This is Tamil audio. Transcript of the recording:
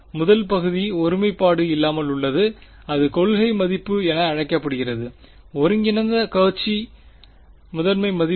முதல் பகுதி ஒருமைப்பாடு இல்லாமல் உள்ளது அது கொள்கை மதிப்பு என அழைக்கப்படுகிறது ஒருங்கிணைந்த கவுச்சி முதன்மை மதிப்பு